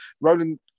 Roland